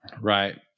Right